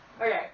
Okay